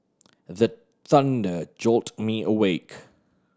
the thunder jolt me awake